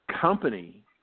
Company